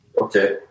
Okay